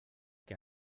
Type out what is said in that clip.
que